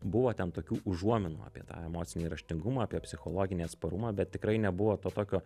buvo ten tokių užuominų apie tą emocinį raštingumą apie psichologinį atsparumą bet tikrai nebuvo to tokio